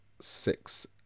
six